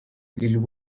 lil